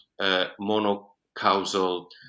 monocausal